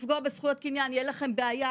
לפגוע בזכויות קניין, יהיה לכם בעיה.